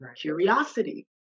curiosity